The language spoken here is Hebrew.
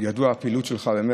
הפעילות שלך ידועה.